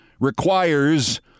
requires